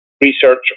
research